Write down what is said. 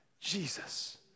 Jesus